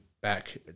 back